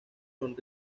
son